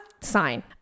sign